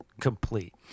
complete